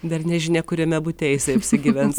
dar nežinia kuriame bute jisai apsigyvens